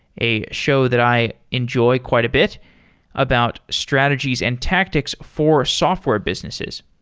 a show that i enjoy quite a bit about strategies and tactics for software businesses.